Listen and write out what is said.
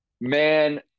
Man